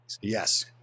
Yes